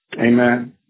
Amen